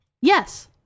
Yes